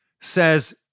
says